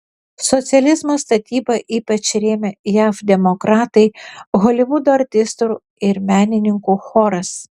socializmo statybą ypač rėmė jav demokratai holivudo artistų ir menininkų choras